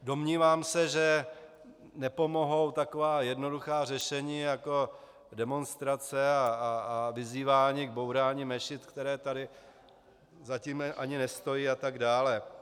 Domnívám se, že nepomohou taková jednoduchá řešení jako demonstrace a vyzývání k bourání mešit, které tady zatím ani nestojí, a tak dále.